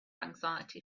anxiety